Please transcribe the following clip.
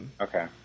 Okay